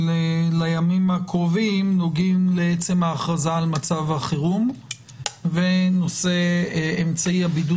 לימים הקרובים נוגעים לעצם ההכרזה על מצב החירום ואמצעי הבידוד